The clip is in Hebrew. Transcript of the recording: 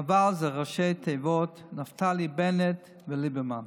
נבל זה ראשי תיבות, נפתלי בנט וליברמן.